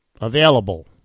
available